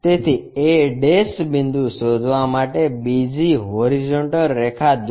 તેથી a બિંદુ શોધવા માટે બીજી હોરીઝોન્ટલ રેખા દોરો